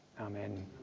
Amen